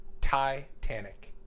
titanic